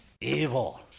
evil